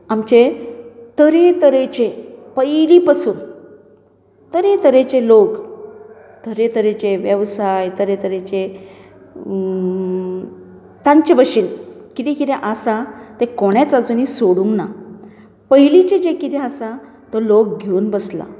आमचें तरे तरेचें पयली पासून तरे तरेचें लोक तरे तरेचे वेवसाय तरे तरेचे तांचे भशेन कितें कितें आसा तें कोणेंच आजुनूय सोडूंक ना पयलीचें जें कितें आसा तो लोक घेवन बसला